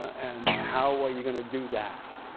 and how well you're going to do that.